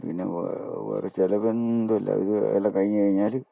പിന്നെ വേറെ ചിലവ് എന്തില്ല ഇത് എല്ലാം കഴിഞ്ഞ് കഴിഞ്ഞാൽ